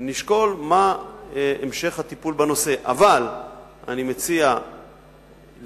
נשקול מה המשך הטיפול בנושא, אבל אני מציע לראות